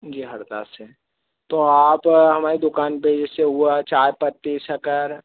जी हरदा से तो आप हमारी दुकान पर जैसे हुआ चायपत्ती शक्कर